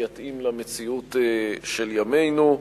שיתאים למציאות של ימינו,